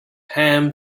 ham